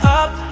up